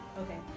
Okay